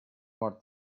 more